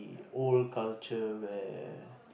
old culture where